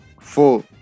four